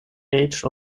age